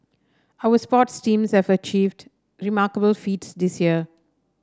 our sports teams have achieved remarkable feats this year